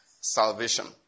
Salvation